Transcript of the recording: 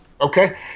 Okay